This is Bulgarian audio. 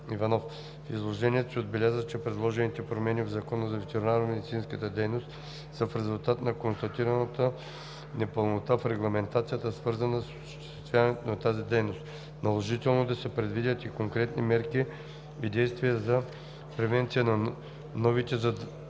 В изложението си отбеляза, че предложените промени в Закона за ветеринарномедицинската дейност са в резултат на констатираната непълнота в регламентацията, свързана с осъществяването на тази дейност. Наложително е да се предвидят и конкретни мерки и действия за превенция на новите за държавата